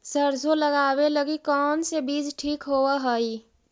सरसों लगावे लगी कौन से बीज ठीक होव हई?